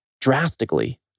drastically